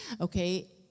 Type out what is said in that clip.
Okay